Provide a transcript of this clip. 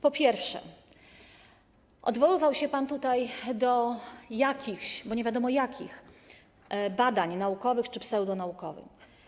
Po pierwsze, odwoływał się pan tutaj do jakichś, bo nie wiadomo jakich, badań naukowych czy pseudonaukowych.